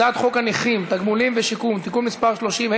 הצעת חוק הנכים (תגמולים ושיקום) (תיקון מס' 30),